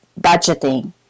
budgeting